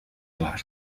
clar